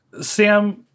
Sam